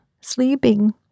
sleeping